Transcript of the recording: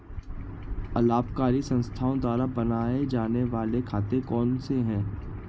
अलाभकारी संस्थाओं द्वारा बनाए जाने वाले खाते कौन कौनसे हैं?